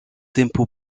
tempo